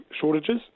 shortages